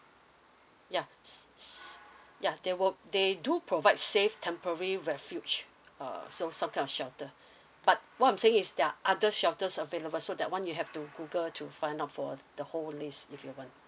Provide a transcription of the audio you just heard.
ya so ya they work they do provide save temporary refuge uh so soccer shelter but what I'm saying is there are other shelters available so that one you have to google to fan of for the whole list if you want